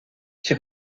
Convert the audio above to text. qui